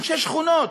אנשי שכונות,